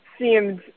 seemed